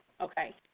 okay